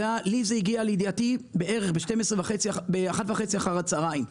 זה הגיע לידיעתי בערך באחת וחצי בצוהריים,